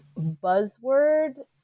buzzword